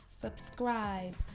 subscribe